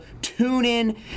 TuneIn